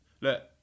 Look